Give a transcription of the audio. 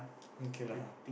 okay lah